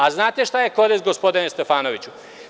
A znate šta je kodeks gospodine Stefanoviću?